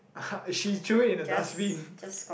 she throw it into dustbin